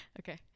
Okay